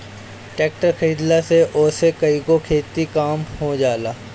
tractor खरीदला से ओसे कईगो खेती के काम हो जाला